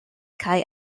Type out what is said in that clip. kaj